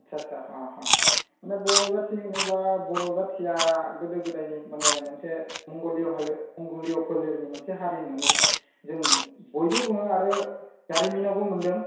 आदसासा हा हा माने बर' जाथि होनोब्ला बर' जाथिया गोदो गोदायनि माने मोनसे मंगलिय' मंगलिय' फोलेरनि मोनसे हारि होननानै जों बयबो बुङो आरो जारिमिनावबो मोनदों